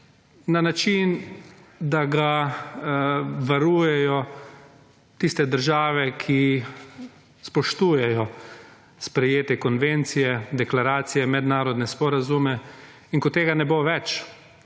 na način, da ga varujejo tiste države, ki spoštujejo sprejete konvencije, deklaracije, mednarodne sporazume. In ko tega ne bo več,